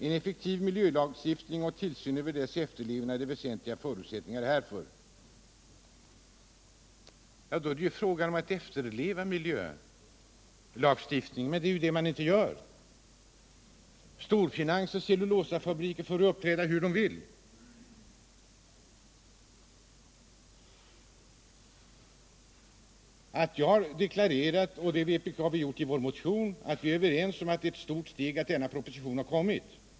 En effektiv miljölagstiftning och tillsyn över dess efterlevnad är väsentliga förutsättningar härför.” Då är det fråga om att efterleva miljölagstiftningen. Men det är ju det man inte gör. Storfinansen, dvs. cellulosafabriken, får uppträda hur den vill. Vi hari vår motion deklarerat att vi håller med om att det är ett stort steg att denna proposition har kommit.